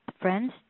friends